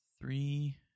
Three